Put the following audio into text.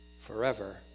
forever